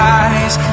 eyes